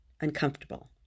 uncomfortable